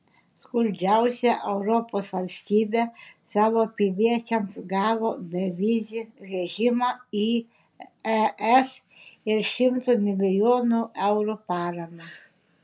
skurdžiausia europos valstybė savo piliečiams gavo bevizį režimą į es ir šimtų milijonų eurų paramą